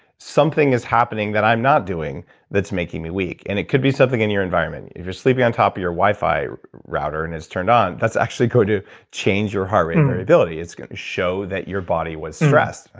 something is happening that i'm not doing that's making me weak. and it could be something in your environment if you're sleeping on top your wi-fi router and it's turned on, that's actually going to change your heart rate variability. it's going to show that your body was stressed, like,